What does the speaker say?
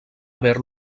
haver